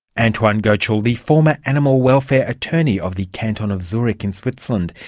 antoine goetschel, the former animal welfare attorney of the canton of zurich in switzerland.